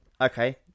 okay